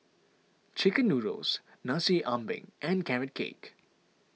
Chicken Noodles Nasi Ambeng and Carrot Cake